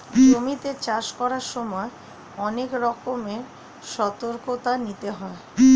জমিতে চাষ করার সময় অনেক রকমের সতর্কতা নিতে হয়